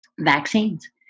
vaccines